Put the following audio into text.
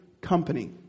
company